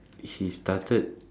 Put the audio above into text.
he started